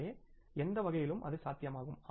எனவே எந்த வகையிலும் அது சாத்தியமாகும்